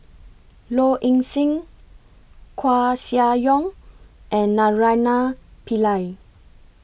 Low Ing Sing Koeh Sia Yong and Naraina Pillai